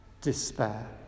despair